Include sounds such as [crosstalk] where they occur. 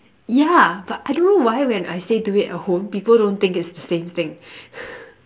yeah but I don't know why when I say do it at home people don't think it's the same thing [laughs]